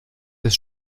des